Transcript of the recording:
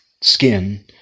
skin